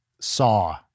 saw